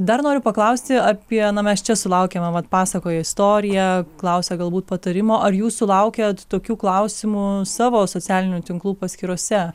dar noriu paklausti apie na mes čia sulaukėme vat pasakoja istoriją klausia galbūt patarimo ar jūs sulaukiat tokių klausimų savo socialinių tinklų paskyrose